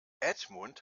edmund